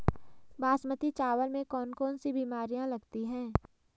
बासमती चावल में कौन कौन सी बीमारियां लगती हैं?